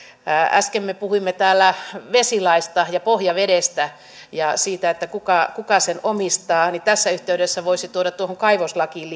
äsken me puhuimme täällä vesilaista ja pohjavedestä ja siitä kuka kuka sen omistaa niin tässä yhteydessä voisi tuoda tuohon kaivoslakiin